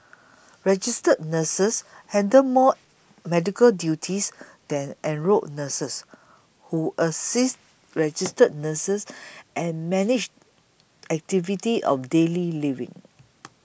registered nurses handle more medical duties than enrolled nurses who assist registered nurses and manage activities of daily living